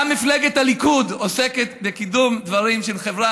גם מפלגת הליכוד עוסקת בקידום דברים של החברה,